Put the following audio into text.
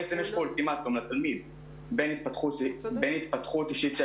בעצם יש פה אולטימטום לתלמיד בין התפתחות אישית של